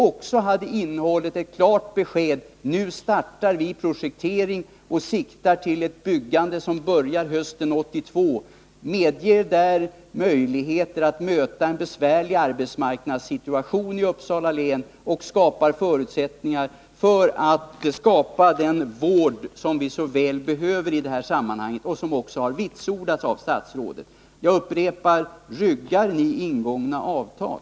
också hade innehållit ett klart besked om att ni nu startar projekteringen och siktar till ett byggande som kan börja på hösten 1982. Därigenom skulle möjligheter ges att möta en besvärlig arbetsmarknadssituation i Uppsala län och förutsättningar skapas för den vård som vi så väl behöver och som också statsrådet har vitsordat. Jag upprepar frågan: Ryggar ni ingångna avtal?